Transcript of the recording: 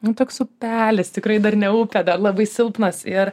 nu toks upelis tikrai dar ne upė dar labai silpnas ir